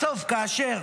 -- בסוף, כאשר